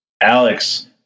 Alex